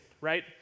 right